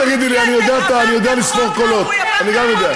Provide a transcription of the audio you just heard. אל תגידי לי, אני יודע לספור קולות, אני גם יודע.